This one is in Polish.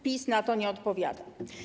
PiS na to nie odpowiada.